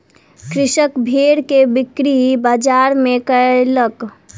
कृषक भेड़ के बिक्री बजार में कयलक